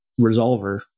resolver